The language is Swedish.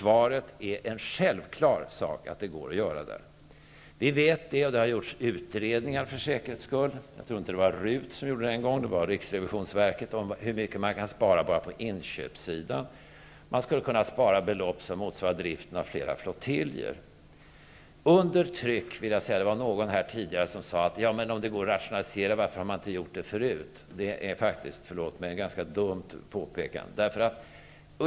Det är självklart att det går att rationalisera inom försvaret. Vi vet det, och det har för säkerhets skull gjorts utredningar. Jag tror inte att det var RUT som gjorde den då, utan det var riksrevisionsverket som utredde hur mycket man kan spara bara på inköpssidan. Man skulle kunna spara belopp som motsvarar driften av flera flottiljer. Det var någon som sade här tidigare: Om det går att rationalisera, varför har man inte gjort det förut? Det är faktiskt, förlåt mig, ett ganska dumt påpekande.